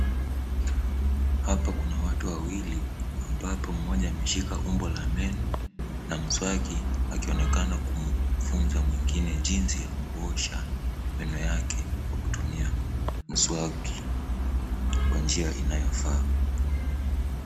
Hapa kuna watu wawili ambapo mmoja ameshika umbo la meno na mswaki akionekana kumfunza mwengine jinsi ya kuosha meno yake kwa kutumia mswaki kwa njia inayofaa.